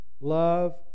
love